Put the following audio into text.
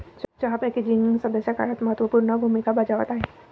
चहा पॅकेजिंग सध्याच्या काळात महत्त्व पूर्ण भूमिका बजावत आहे